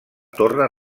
torre